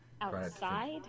Outside